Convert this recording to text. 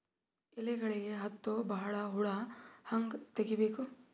ಎಲೆಗಳಿಗೆ ಹತ್ತೋ ಬಹಳ ಹುಳ ಹಂಗ ತೆಗೀಬೆಕು?